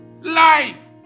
Life